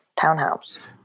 townhouse